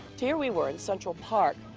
here we were in central park,